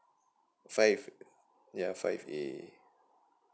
five yeah five a